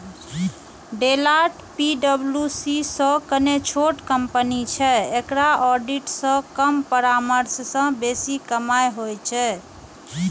Deloitte PWC सं कने छोट कंपनी छै, एकरा ऑडिट सं कम परामर्श सं बेसी कमाइ होइ छै